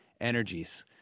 energies